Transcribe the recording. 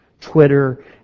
Twitter